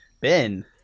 Ben